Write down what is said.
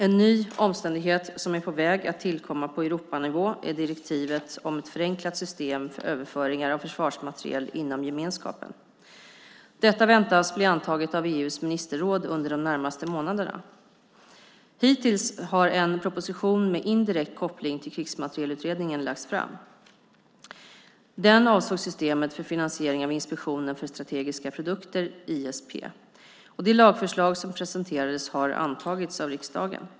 En ny omständighet som är på väg att tillkomma på Europanivå är direktivet om ett förenklat system för överföringar av försvarsmateriel inom gemenskapen. Detta väntas bli antaget av EU:s ministerråd under de närmaste månaderna. Hittills har en proposition med indirekt koppling till Krigsmaterielutredningen lagts fram. Den avsåg systemet för finansiering av Inspektionen för strategiska produkter, ISP. Det lagförslag som presenterades har antagits av riksdagen.